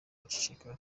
bacecetse